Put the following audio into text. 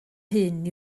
hyn